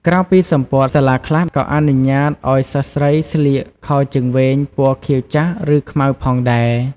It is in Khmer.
ក្រៅពីសំពត់ សាលាខ្លះក៏អនុញ្ញាតឱ្យសិស្សស្រីស្លៀក ខោជើងវែងពណ៌ខៀវចាស់ ឬ ខ្មៅ ផងដែរ។